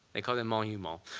they call them monuments.